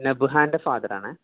നബ്ഹാൻ്റെ father ആണേ